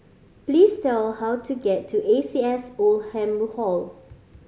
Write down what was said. please tell how to get to A C S Oldham Hall